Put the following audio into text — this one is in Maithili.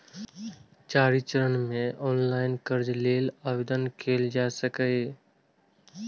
चारि चरण मे ऑनलाइन कर्ज लेल आवेदन कैल जा सकैए